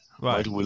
Right